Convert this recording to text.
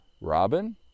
robin